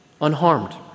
unharmed